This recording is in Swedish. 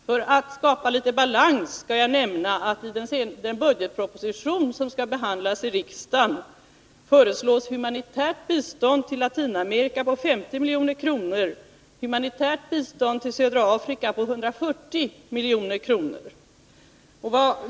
För att skapa litet balans skall jag nämna att det i den budgetproposition som skall behandlas i riksdagen föreslås humanitärt bistånd till Latinamerika på 50 milj.kr. och till Södra Afrika på 140 milj.kr.